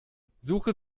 suche